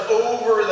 over